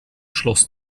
schloss